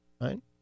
right